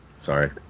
Sorry